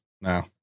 No